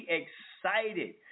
excited